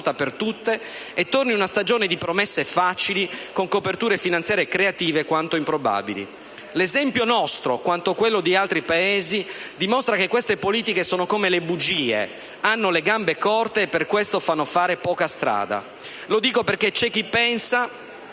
per tutte e torni ad una stagione di promesse facili con coperture finanziarie creative quanto improbabili. L'esempio nostro quanto quello di altri Paesi dimostra che queste politiche sono come le bugie, hanno le gambe corte, e per questo fanno fare poca strada. Lo dico perché c'è chi pensa